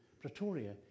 Pretoria